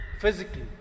physically